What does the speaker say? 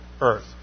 earth